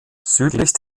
südlich